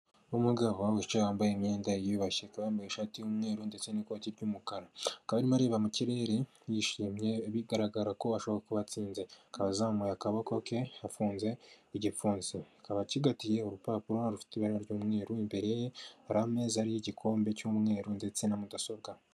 Umugabo wicaye wambaye imyenda yiyubashye akaba yambaye ishati y'umweru ndetse n'ikoti ry'umukara akaba arimo areba mu kirere yishimye bigaragara ko asa nk'uwatsinze akaba azamuye akaboko ke yafunze igipfunsi akaba acigatiye urupapuro rufite ibara ry'umweru, imbere ye hari ameza ari y'igikombe cy'umweru ndetse na mudasobwa.